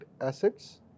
assets